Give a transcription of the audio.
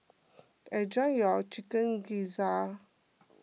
enjoy your Chicken Gizzard